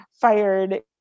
fired